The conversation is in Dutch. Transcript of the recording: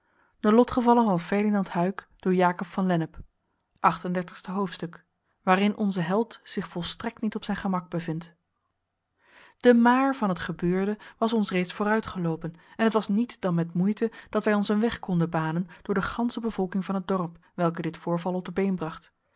hoofdstuk waarin onze held zich volstrekt niet op zijn gemak bevindt de maar van het gebeurde was ons reeds vooruitgeloopen en het was niet dan met moeite dat wij ons een weg konden banen door de gansche bevolking van het dorp welke dit voorval op de been bracht